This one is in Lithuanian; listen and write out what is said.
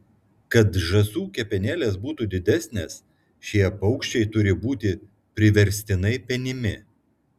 kad žąsų kepenėlės būtų didesnės šie paukščiai turi būti priverstinai penimi